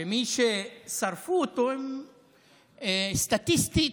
ומי ששרפו אותו, סטטיסטית,